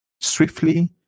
swiftly